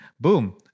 boom